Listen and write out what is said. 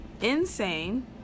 insane